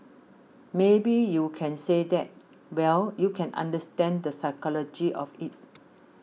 maybe you can say that well you can understand the psychology of it